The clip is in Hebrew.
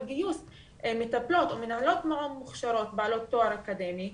גיוס מטפלות או מנהלות מעון מוכשרות בעלות תואר אקדמי,